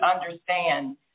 understand